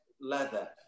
leather